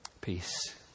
peace